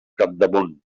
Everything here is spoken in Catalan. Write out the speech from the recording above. capdamunt